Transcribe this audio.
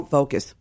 Focus